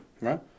right